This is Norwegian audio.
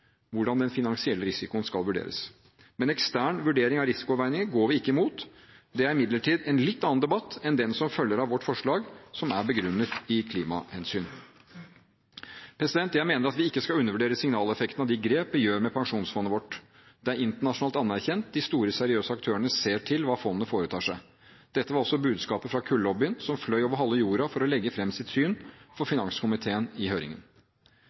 hvordan den finansielle risikoen skal vurderes. Men ekstern vurdering av risikoavveininger går vi ikke imot. Det er imidlertid en litt annen debatt enn den som følger av vårt forslag, som er begrunnet i klimahensyn. Jeg mener at vi ikke skal undervurdere signaleffekten av de grep vi gjør med pensjonsfondet vårt. Det er internasjonalt anerkjent. De store, seriøse aktørene ser til hva fondet foretar seg. Dette var også budskapet fra kullobbyen som fløy over halve jorden for å legge fram sitt syn for finanskomiteen i høringen.